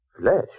Flesh